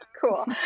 cool